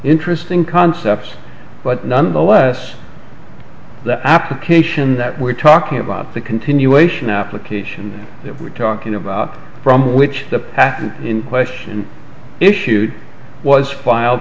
interesting concepts but nonetheless that application that we're talking about the continuation application that we're talking about from which the patent in question issued was file